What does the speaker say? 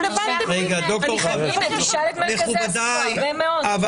תשאלי את מרכזי הסיוע, הרבה מאוד.